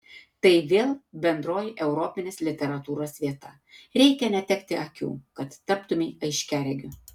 tai vėl bendroji europinės literatūros vieta reikia netekti akių kad taptumei aiškiaregiu